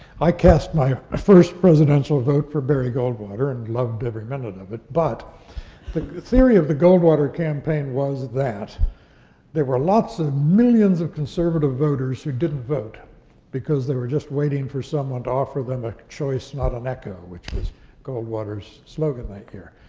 i cast my ah first presidential vote for barry goldwater and loved every minute of it, but the theory of the goldwater campaign was that there were lots and millions of conservative voters who didn't vote because they were just waiting for someone to offer them a choice, not an echo, which was goldwater's slogan that year.